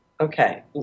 Okay